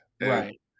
Right